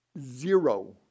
zero